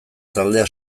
taldea